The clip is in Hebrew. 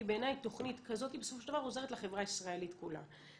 כי בעיניי תוכנית כזאת בסופו של דבר עוזרת לחברה הישראלית כולה.